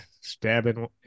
Stabbing